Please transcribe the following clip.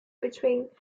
between